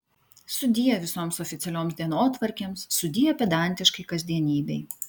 sudie visoms oficialioms dienotvarkėms sudie pedantiškai kasdienybei